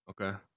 Okay